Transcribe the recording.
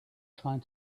trying